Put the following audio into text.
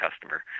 customer